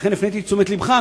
לכן הפניתי את תשומת לבך,